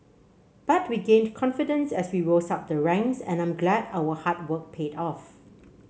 but we gained confidence as we rose up the ranks and I'm glad our hard work paid off